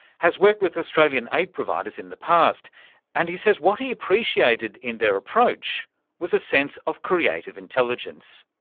has worked with australian aid providers in the past and he says what he appreciated in their approach was a sense of creative intelligence.